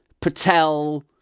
Patel